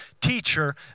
teacher